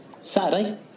Saturday